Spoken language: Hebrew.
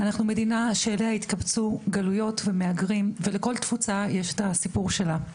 אנחנו מדינה שאליה התקבצו גלויות ומהגרים ולכל תפוצה יש את הסיפור שלה.